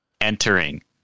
entering